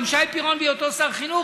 עם שי פירון בהיותו שר חינוך,